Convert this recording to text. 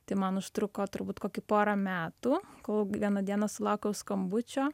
tai man užtruko turbūt kokį porą metų kol vieną dieną sulaukiau skambučio